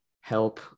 help –